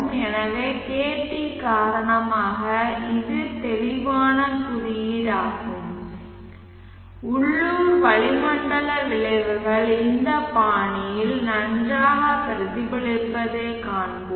எனவே kt காரணமாக இது தெளிவான குறியீடாகும் உள்ளூர் வளிமண்டல விளைவுகள் இந்த பாணியில் நன்றாக பிரதிபலிப்பதைக் காண்போம்